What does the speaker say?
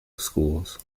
schools